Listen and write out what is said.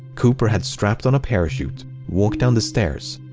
cooper had strapped on a parachute, walked down the stairs,